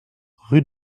rue